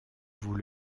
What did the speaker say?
vous